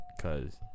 cause